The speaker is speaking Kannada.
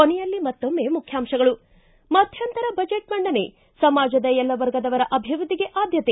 ಕೊನೆಯಲ್ಲಿ ಮತ್ತೊಮ್ಮೆ ಮುಖ್ಯಾಂತಗಳು ಿ ಮಧ್ಯಂತರ ಬಜೆಟ್ ಮಂಡನೆ ಸಮಾಜದ ಎಲ್ಲ ವರ್ಗದವರ ಅಭಿವೃದ್ದಿಗೆ ಆದ್ಕತೆ